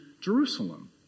Jerusalem